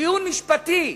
טיעון משפטי,